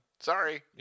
Sorry